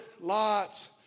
Lot's